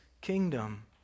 kingdom